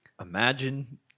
imagine